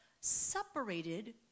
separated